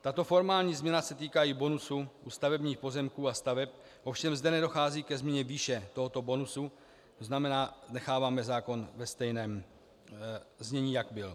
Tato formální změna se týká i bonusu u stavebních pozemků a staveb, ovšem zde nedochází ke změně výše tohoto bonusu, to znamená, necháváme zákon ve stejném znění, jak byl.